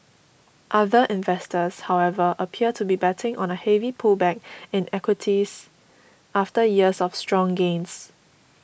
other investors however appear to be betting on a heavy pullback in equities after years of strong gains